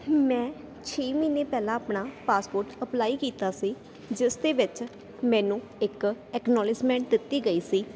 ਮੈਂ ਛੇ ਮਹੀਨੇ ਪਹਿਲਾਂ ਆਪਣਾ ਪਾਸਪੋਰਟ ਅਪਲਾਈ ਕੀਤਾ ਸੀ ਜਿਸ ਦੇ ਵਿੱਚ ਮੈਨੂੰ ਇੱਕ ਐਕਨੋਲੋਜਮੈਂਟ ਦਿੱਤੀ ਗਈ ਸੀ